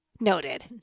Noted